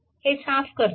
हे साफ करतो